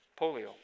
polio